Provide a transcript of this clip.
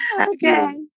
okay